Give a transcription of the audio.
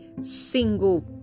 single